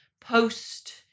post